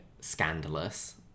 scandalous